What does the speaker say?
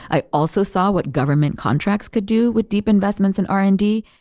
i also saw what government contracts could do with deep investments in r and d.